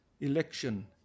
election